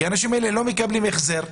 כי האנשים האלה לא מקבלים החזר,